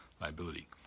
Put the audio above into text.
liability